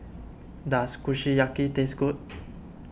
does Kushiyaki taste good